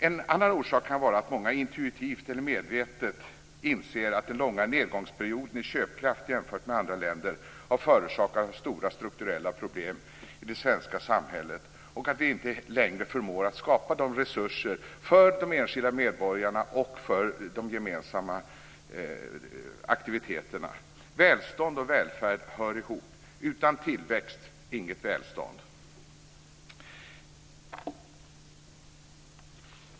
En annan orsak kan vara att många intuitivt eller medvetet inser att den långa nedgångsperioden i köpkraft jämfört med andra länder har förorsakats av stora strukturella problem i det svenska samhället och att vi inte längre förmår att skapa de behövliga resurserna för de enskilda medborgarna och för de gemensamma aktiviteterna. Välstånd och välfärd hör ihop. Utan tillväxt inget välstånd.